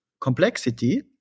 complexity